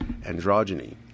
androgyny